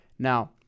Now